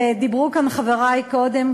ודיברו כאן חברי קודם,